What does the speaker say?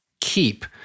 keep